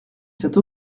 cette